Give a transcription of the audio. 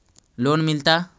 Loan मिलता?